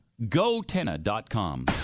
Gotenna.com